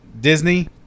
Disney